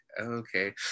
okay